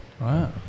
wow